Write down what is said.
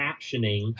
captioning